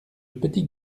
petits